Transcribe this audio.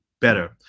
better